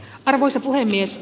arvoisa puhemies